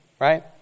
right